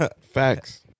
Facts